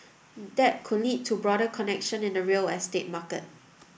that could lead to a broader connection in the real estate market